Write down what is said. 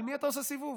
על מי אתה עושה סיבוב?